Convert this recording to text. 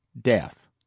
death